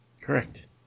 Correct